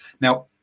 Now